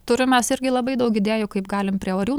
turim mes irgi labai daug idėjų kaip galim prie orių